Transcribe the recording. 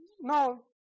No